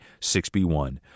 6B1